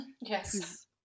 yes